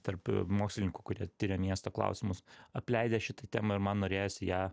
tarp mokslininkų kurie tiria miesto klausimus apleidę šitą temą ir man norėjosi ją